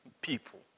people